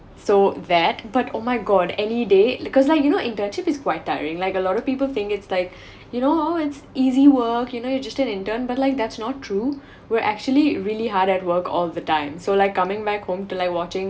so that but oh my god any day because like you know internship is quite tiring like a lot of people thing it's like you know it's easy work you know you're just an intern but like that's not true we're actually really hard at work all the time so like coming back home to like watching